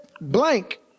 blank